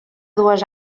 dues